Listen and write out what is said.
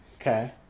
Okay